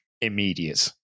immediate